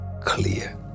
clear